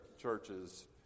churches